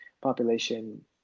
population